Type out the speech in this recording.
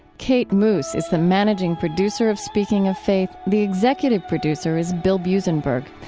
kate moos is the managing producer of speaking of faith. the executive producer is bill buzenberg.